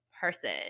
person